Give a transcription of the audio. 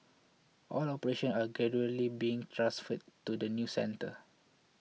all operations are gradually being transferred to the new centre